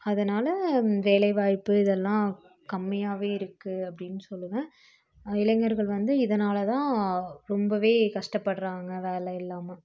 அதனால் வேலைவாய்ப்பு இதெல்லாம் கம்மியாகவே இருக்குது அப்டின்னு சொல்வேன் இளைஞர்கள் வந்து இதனால் தான் ரொம்ப கஷ்டப்படுகிறாங்க வேலை இல்லாமல்